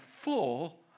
full